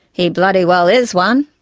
he bloody well is one.